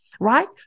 right